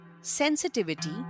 sensitivity